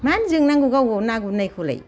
मानो जोंनांगौ गाव गावबा गाव ना गुरनायखौलाय